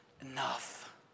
enough